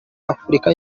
afurika